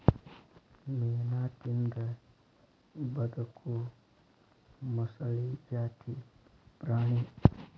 ಮೇನಾ ತಿಂದ ಬದಕು ಮೊಸಳಿ ಜಾತಿ ಪ್ರಾಣಿ